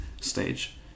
stage